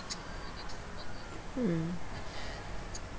mm